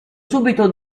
subito